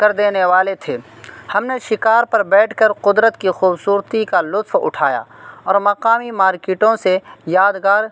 کر دینے والے تھے ہم نے شکار پر بیٹھ کر قدرت کی خوبصورتی کا لطف اٹھایا اور مقامی مارکیٹوں سے یادگار